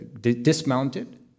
dismounted